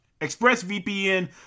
ExpressVPN